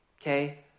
Okay